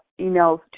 emails